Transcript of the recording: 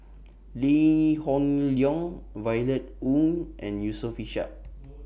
Lee Hoon Leong Violet Oon and Yusof Ishak